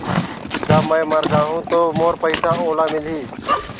जब मै मर जाहूं तो मोर पइसा ओला मिली?